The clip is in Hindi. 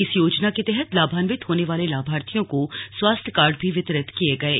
इस योजना के तहत लाभान्वित होने वाले लाभाथियों को स्वास्थ्य कार्ड भी वितरित किये गये